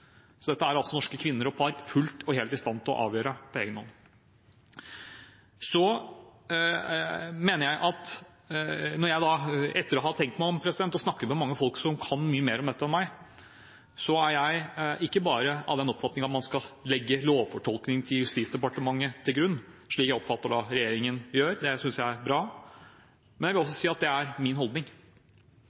Så dette er altså norske kvinner og par fullt og helt i stand til å avgjøre på egen hånd. Etter å ha tenkt meg om og snakket med mange folk som kan mye mer om dette enn meg, så er jeg ikke bare av den oppfatning at man skal legge lovfortolkningen til Justisdepartementet til grunn – slik jeg oppfatter regjeringen gjør, og det syns jeg er bra – men jeg vil også si at det er min holdning.